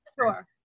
sure